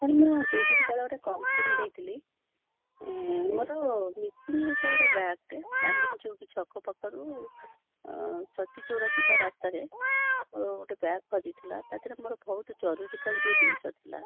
sir ମୁଁ ଦୁଇ ଦିନ ତଳେ ଗୋଟେ କମ୍ପ୍ଲେନ୍ ଦେଇଥିଲି ମୋର ମିସିଂ ହେଇଥିଲା ଗୋଟେ ବ୍ୟାଗ୍ଟେ ଚାନ୍ଦିନୀ ଚୌକି ଛକ ପାଖରୁ ସତୀଚଉରା ଯିବା ରାସ୍ତାରେ ମୋର ଗୋଟେ ବ୍ୟାଗ୍ ହଜିଥିଲା ତା ଦେହରେ ମୋର ଭଉତ ଜରୁରୀକାଳୀନ ଜିନିଷ ଥିଲା